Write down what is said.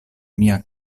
mia